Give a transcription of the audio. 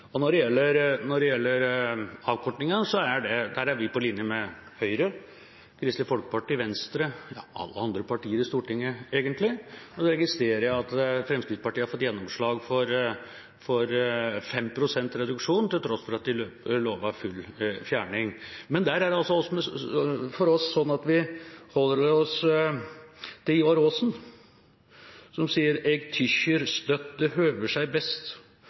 fokus. Når det gjelder avkortninga, er vi der på linje med Høyre, Kristelig Folkeparti, Venstre – ja alle andre partier i Stortinget, egentlig. Og jeg registrerer at Fremskrittspartiet har fått gjennomslag for 5 pst. reduksjon til tross for at de lovet full fjerning. Men der er det for oss slik at vi holder oss til Ivar Aasen, som sier: «Eg tykkjer støtt at det høver best